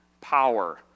power